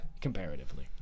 Comparatively